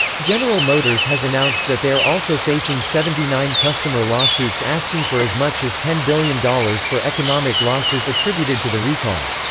general motors has announced that they are also facing seventy nine customer lawsuits asking for as much as ten billion dollars for economic losses attributed to the recall.